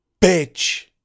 bitch